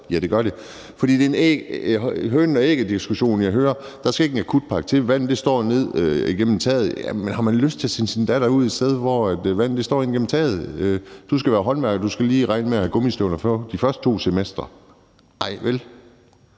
ja, det gør det. Det er en hønen og ægget-diskussion, jeg hører. Der skal ikke en akutpakke til. Vandet står ned gennem taget. Har man lyst til at sende sin datter ud et sted, hvor vandet står ned gennem taget? Du skal være håndværker, og du skal lige regne med at have gummistøvler på de første to semestre. Ej, vel?